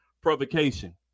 provocation